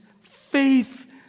faith